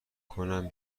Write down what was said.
کنم